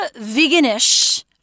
vegan-ish